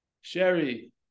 Sherry